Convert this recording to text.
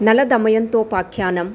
नलदमयन्त्योपाख्यानम्